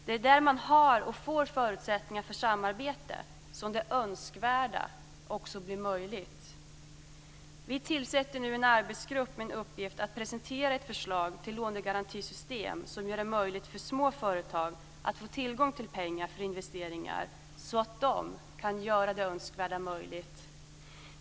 Det är där man har och får förutsättningar för samarbete som det önskvärda också blir möjligt. Vi tillsätter nu en arbetsgrupp med uppgift att presentera ett förslag till lånegarantisystem som gör det möjligt för små företag att få tillgång till pengar för investeringar så att de kan göra det önskvärda möjligt.